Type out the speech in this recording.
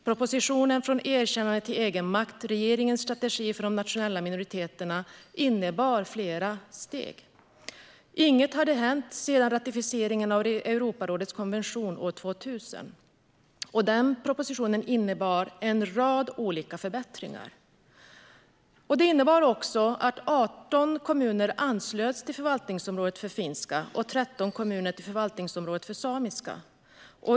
Propositionen Från erkännande till egenmakt - regeringens strategi för de nationella minoriteterna innebar flera steg. Inget hade hänt sedan ratificeringen av Europarådets konvention år 2000, och propositionen innebar en rad olika förbättringar. Den innebar att 18 kommuner anslöts till förvaltningsområdet för finska och att 13 kommuner anslöts till förvaltningsområdet för samiska.